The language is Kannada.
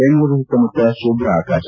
ಬೆಂಗಳೂರು ಸುತ್ತಮುತ್ತ ಶುಭ್ರ ಆಕಾಶ